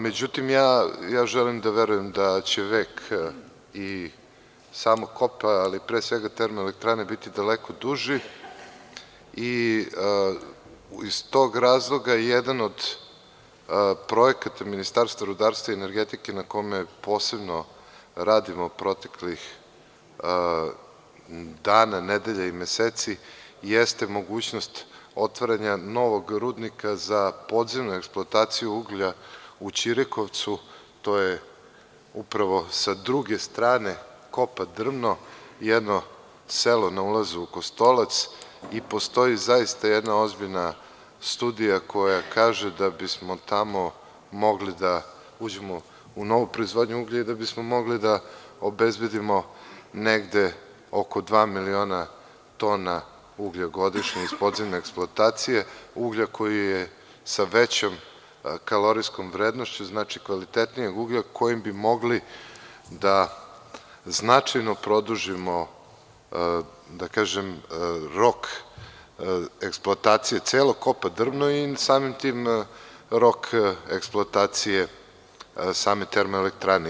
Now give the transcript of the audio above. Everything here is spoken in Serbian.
Međutim, ja želim da verujem da će vek i samog kopa, ali pre svega i termoelektrane biti daleko duži i iz tog razloga je jedan od projekata Ministarstva rudarstva i energetike na kome posebno radimo proteklih dana, nedelja i meseci, jeste mogućnost otvaranja novog rudnika za podzemnu eksploataciju uglja u Ćirikovcu, to je upravo sa druge strane kopa „Drvno“, jedno selo na ulazu u Kostolac i postoji zaista jedna ozbiljna studija koja kaže da bismo tamo mogli da uđemo u novu proizvodnju uglja i da bismo mogli da obezbedimo negde oko dva miliona tona uglja godišnje iz podzemne eksploatacije, uglja koji je sa većom kalorijskom vrednošću, znači kvalitetnije uglja, koji bi mogli da značajno produžimo, da kažem rok eksploatacije celog kopa „Drvno“ i samim tim rok eksploatacije same elektrane.